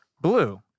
Blue